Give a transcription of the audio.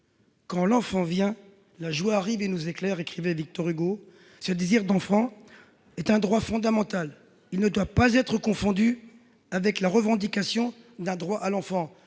Quand l'enfant vient, la joie arrive et nous éclaire », écrivait Victor Hugo. Ce désir d'enfant est un droit fondamental. Il ne doit pas être confondu avec la revendication d'un droit à l'enfant.